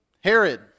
Herod